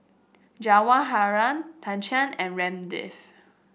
Jawaharlal Chetan and Ramdev